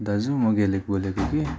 दाजु म घेलेक बोलेको कि